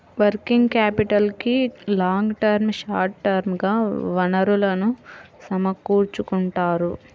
working క్యాపిటల్కి long term, short term గా వనరులను సమకూర్చుకుంటారు